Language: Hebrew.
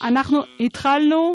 אנחנו התחלנו,